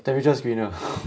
temperature screener